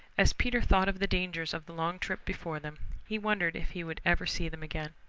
as peter thought of the dangers of the long trip before them he wondered if he would ever see them again.